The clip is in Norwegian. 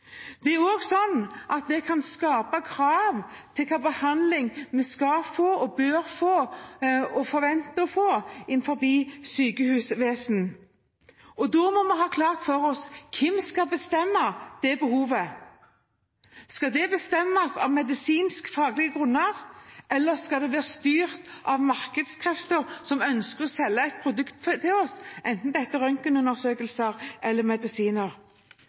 Det kan også skape krav om hva slags behandling vi skal få, bør få og forventer å få innenfor helsevesenet. Da må vi ha klart for oss hvem som skal få bestemme det behovet. Skal det bestemmes av medisinskfaglige grunner, eller skal det være styrt av markedskrefter som ønsker å selge et produkt til oss, enten det er røntgenundersøkelser eller medisiner?